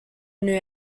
new